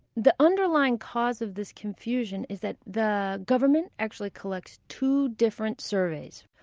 the underlying cause of this confusion is that the government actually collects two different surveys.